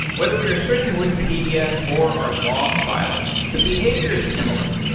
whether we are searching wikipedia or our log files, the behavior is similar.